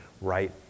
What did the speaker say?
right